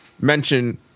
mention